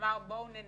אמר בואו ננסה,